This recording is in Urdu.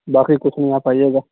باقی کچھ نہیں آپ آئیے گا